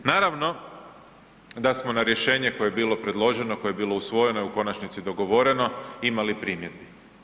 Naravno, da smo na rješenje koje je bilo predloženo, koje je bilo usvojeno i u konačnici dogovoreno, imali primjedbi.